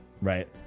right